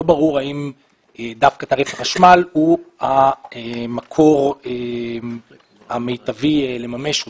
לא ברור האם דווקא תעריף החשמל הוא המקור המיטבי לממש אותו.